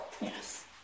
Yes